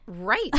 Right